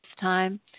time